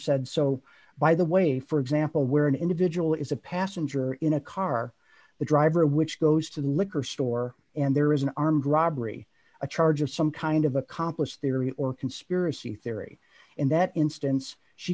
said so by the way for example where an individual is a passenger in a car the driver which goes to the liquor store and there is an armed robbery a charge of some kind of accomplished theory or conspiracy theory in that instance she